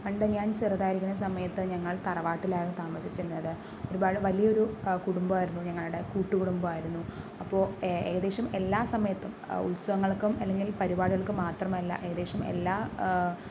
പണ്ടു ഞാൻ ചെറുതായിരിക്കണ സമയത്തു ഞങ്ങൾ തറവാട്ടിലായിരുന്നു താമസിച്ചിരുന്നത് ഒരുപാട് വലിയൊരു കുടുംബമായിരുന്നു ഞങ്ങളുടെ കൂട്ടുകുടുംബമായിരുന്നു അപ്പോൾ ഏകദേശം എല്ലാ സമയത്തും ഉത്സവങ്ങൾക്കും അല്ലെങ്കിൽ പരിപാടികൾക്കും മാത്രമല്ല ഏകദേശം എല്ലാ